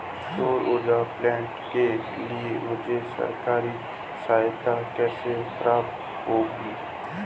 सौर ऊर्जा प्लांट के लिए मुझे सरकारी सहायता कैसे प्राप्त होगी?